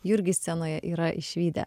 jurgį scenoje yra išvydę